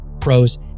pros